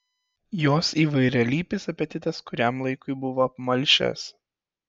jos įvairialypis apetitas kuriam laikui buvo apmalšęs